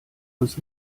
uns